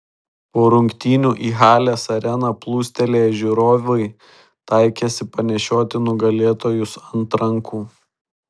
po rungtynių į halės areną plūstelėję žiūrovai taikėsi panešioti nugalėtojus ant rankų